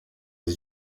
uzi